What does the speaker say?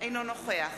אינו נוכח